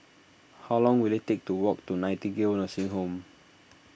how long will it take to walk to Nightingale Nursing Home